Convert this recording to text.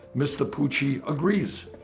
mr. poochy, agrees.